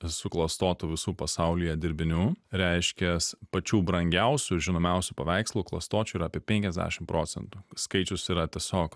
suklastotų visų pasaulyje dirbinių reiškias pačių brangiausių žinomiausių paveikslų klastočių yra apie penkiasdešim procentų skaičius yra tiesiog